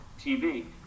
TV